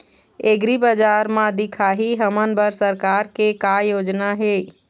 एग्रीबजार म दिखाही हमन बर सरकार के का योजना हे?